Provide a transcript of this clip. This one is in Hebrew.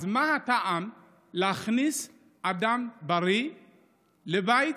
אז מה הטעם להכניס אדם בריא לבית?